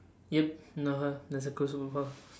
yup haha that's